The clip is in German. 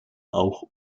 auch